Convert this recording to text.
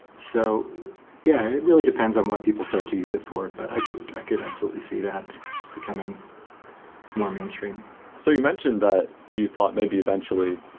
so yeah, it really depends on what people start to use it for. but i could i could absolutely see that becoming more mainstream so you mentioned that you thought, maybe eventually,